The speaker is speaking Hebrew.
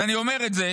ואני אומר את זה,